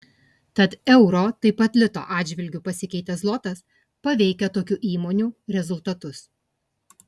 tad euro taip pat lito atžvilgiu pasikeitęs zlotas paveikia tokių įmonių rezultatus